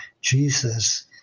Jesus